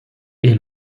est